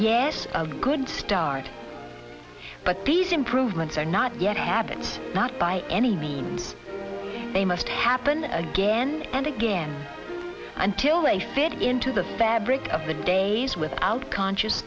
a good start but these improvements are not yet happened not by any means they must happen again and again until they fit into the fabric of the days without conscious